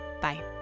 Bye